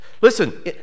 Listen